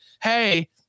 hey